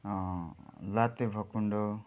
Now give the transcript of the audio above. लाते भकुन्डो